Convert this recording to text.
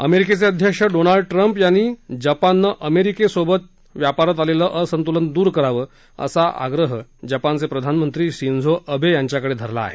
अमेरिकेचे राष्ट्राध्यक्ष Donald Trump यांनी जपाननं अमेरिकेसोबत व्यापारात आलेलं असंतुलन दूर करावं असा आग्रह जपानचे प्रधानमंत्री शिंझो अबे यांच्याकडे धरला आहे